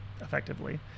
effectively